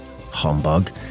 Humbug